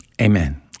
Amen